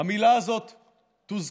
המילה הזאת תוזכר,